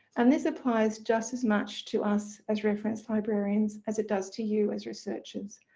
and this applies just as much to us, as reference librarians, as it does to you, as researchers.